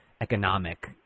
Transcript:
economic